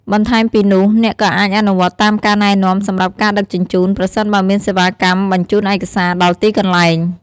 បន្ថែមពីនោះ អ្នកក៏អាចអនុវត្តតាមការណែនាំសម្រាប់ការដឹកជញ្ជូន ប្រសិនបើមានសេវាកម្មបញ្ជូនឯកសារដល់ទីកន្លែង។